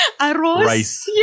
rice